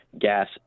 gas